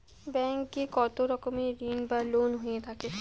Bank এ কত রকমের ঋণ বা লোন হয়ে থাকে?